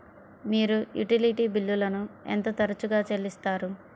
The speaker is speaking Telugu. మీరు యుటిలిటీ బిల్లులను ఎంత తరచుగా చెల్లిస్తారు?